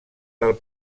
del